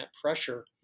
pressure